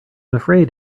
afraid